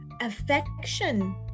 affection